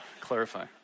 clarify